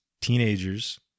teenagers